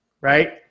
right